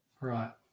Right